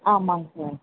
ஆமாம்ங்க சார்